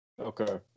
Okay